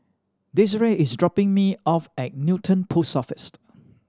Desirae is dropping me off at Newton Post Office